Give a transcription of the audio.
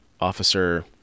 Officer